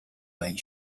байна